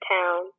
town